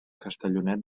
castellonet